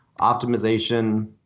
optimization